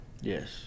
yes